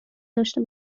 داشته